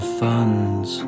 funds